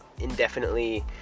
indefinitely